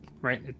right